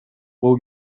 бул